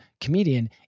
comedian